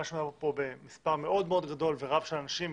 שאנחנו כאן במספר מאוד גדול ורב של אנשים,